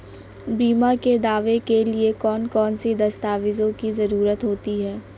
बीमा के दावे के लिए कौन कौन सी दस्तावेजों की जरूरत होती है?